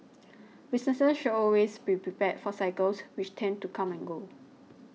businesses should always be prepared for cycles which tend to come and go